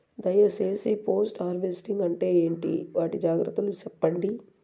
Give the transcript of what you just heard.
దయ సేసి post harvesting అంటే ఏంటి? వాటి జాగ్రత్తలు సెప్పండి?